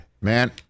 Man